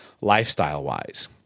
lifestyle-wise